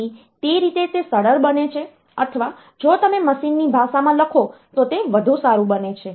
તેથી તે રીતે તે સરળ બને છે અથવા જો તમે મશીનની ભાષામાં લખો તો તે વધુ સારું બને છે